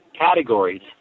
categories